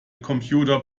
computer